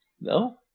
No